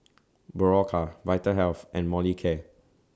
Berocca Vitahealth and Molicare